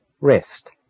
rest